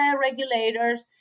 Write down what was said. regulators